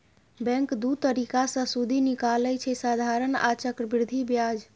bank दु तरीका सँ सुदि निकालय छै साधारण आ चक्रबृद्धि ब्याज